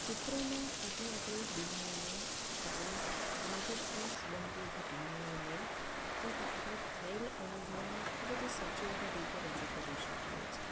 ચિત્રોના આપણે દુનિયાને આપણી નજરસમક્ષ બનતી ઘટનાઓને તથા આપણા થયેલ અનુભવને ખૂબ જ સચોટ રીતે રજૂ કરી શકે છે